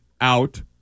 out